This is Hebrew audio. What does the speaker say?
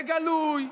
בגלוי,